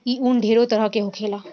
ई उन ढेरे तरह के होखेला